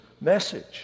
message